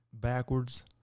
backwards